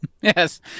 Yes